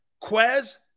Quez